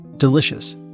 Delicious